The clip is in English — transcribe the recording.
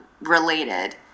related